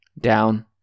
down